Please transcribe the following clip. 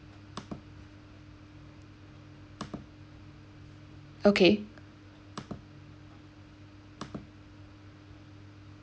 okay